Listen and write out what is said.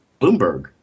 Bloomberg